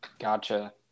Gotcha